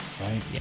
right